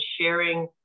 sharing